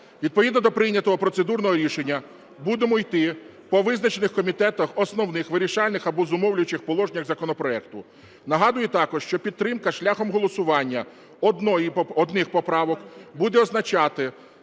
Відповідно до прийнятого процедурного рішення будемо йти по визначених комітетом основних, вирішальних або зумовлюючих положеннях законопроекту. Нагадую також, що підтримка шляхом голосування одних поправок буде означати